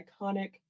iconic